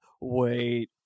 wait